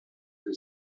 que